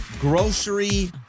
grocery